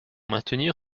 maintenir